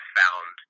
found